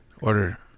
order